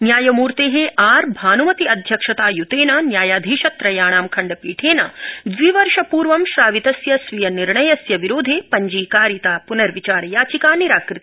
न्यायमूर्ते आर् भान्मति अध्यक्षता यूतेन न्यायाधीश त्रयाणां खण्डपीठेन द्वि वर्ष पूर्व श्रावितस्य स्वीय निर्णयस्य विरोधे पञ्जीकारिता पुनर्विचार याचिका निराकृता